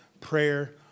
prayer